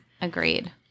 agreed